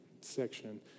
section